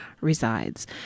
resides